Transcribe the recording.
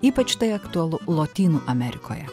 ypač tai aktualu lotynų amerikoje